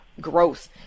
growth